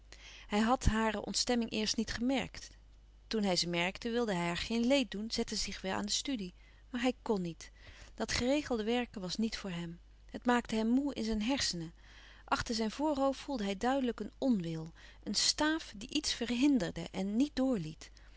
hij had hare ontstemming eerst niet gemerkt toen hij ze merkte wilde hij haar geen leed doen zette zich weêr aan de studie maar hij kn niet dat geregelde werken was niet voor hem het maakte hem moê in zijn hersenen achter zijn voorhoofd voelde hij duidelijk een onwil een staaf die iets verhinderde en niet door liet